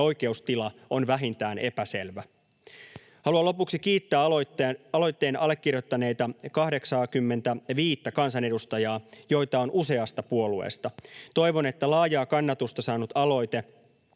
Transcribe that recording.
oikeustila on vähintään epäselvä. Haluan lopuksi kiittää aloitteen allekirjoittaneita 85:tä kansanedustajaa, joita on useasta puolueesta. Toivon, että laajaa kannatusta saanut aloite